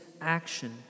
action